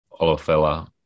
Olofella